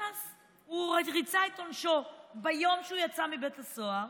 הוא ריצה את עונשו, וביום שהוא יצא מבית הסוהר